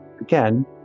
again